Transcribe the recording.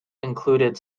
included